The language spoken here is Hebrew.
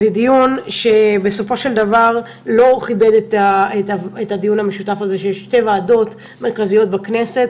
זה דיון שלא כיבד את הדיון המשותף של שתי ועדות מרכזיות בכנסת,